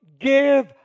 give